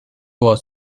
was